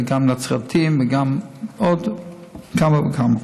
וגם נצרתיים ועוד כמה וכמה.